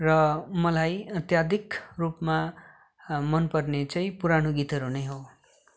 र मलाई अत्यधिक रूपमा मनपर्ने चाहिँ पुरानो गीतहरू नै हो